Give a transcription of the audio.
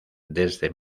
desde